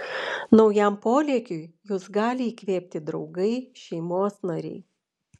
naujam polėkiui jus gali įkvėpti draugai šeimos nariai